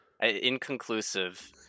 Inconclusive